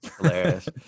Hilarious